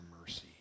mercy